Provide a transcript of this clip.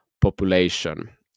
population